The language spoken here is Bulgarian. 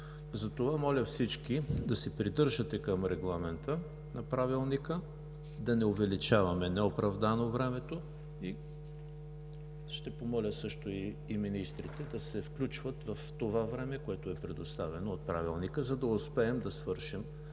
Затова, моля, всички да се придържате към регламента на Правилника, да не увеличаваме неоправдано времето. Ще помоля също и министрите да се включват в това време, което е предоставено от Правилника, за да успеем да свършим